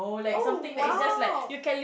oh !wow!